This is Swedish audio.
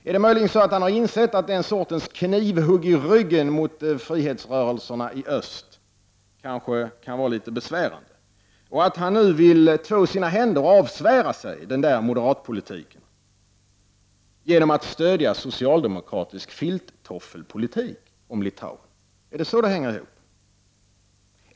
Är det månne så att han har insett att den sortens knivhugg i ryggen på frihetsrörelserna i öst kanske kan vara litet besvärande och att han nu vill två sina händer och avsvära sig den där moderatpolitiken genom att stödja socialdemokratisk filttoffelpolitik om Litauen? Är det så det hänger ihop?